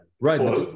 right